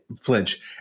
flinch